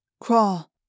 crawl